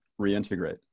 reintegrate